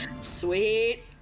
Sweet